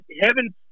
Heaven